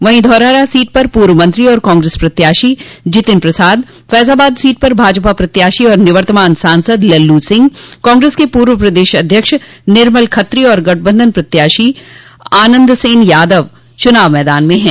वहीं धौरहरा सीट पर पूर्व मंत्री और कांग्रेस प्रत्याशी जितिन प्रसाद फैजाबाद सीट पर भाजपा प्रत्याशी और निवर्तमान सांसद लल्लू सिंह कांग्रेस के पूर्व प्रदेश अध्यक्ष निर्मल खत्री एवं गठबंधन प्रत्याशी आनन्द सेन यादव चुनाव मैदान में हैं